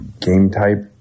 game-type